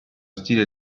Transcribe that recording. stile